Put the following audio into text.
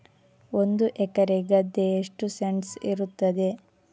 ಒಂದು ಎಕರೆ ಗದ್ದೆ ಎಷ್ಟು ಸೆಂಟ್ಸ್ ಇರುತ್ತದೆ?